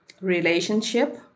relationship